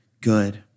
good